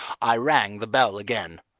i rang the bell again.